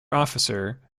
officer